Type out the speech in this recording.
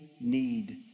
need